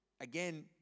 again